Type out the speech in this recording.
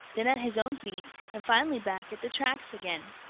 then at his own feet, and finally back at the tracks again.